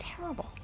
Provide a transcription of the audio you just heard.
terrible